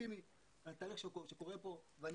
ואופטימי על התהליך שקורה פה ואני